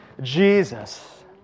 Jesus